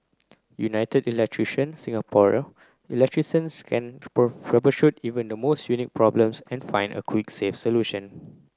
United Electrician Singapore electricians can troubleshoot even the most unique problems and find a quick safe solution